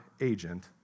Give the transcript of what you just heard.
agent